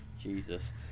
Jesus